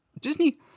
Disney